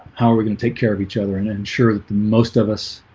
how are we gonna take care of each other and ensure the most of us